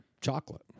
chocolate